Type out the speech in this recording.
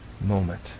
moment